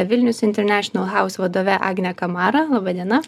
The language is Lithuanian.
vilnius international house vadove agne kamara laba diena